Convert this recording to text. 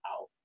out